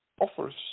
offers